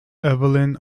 evelyn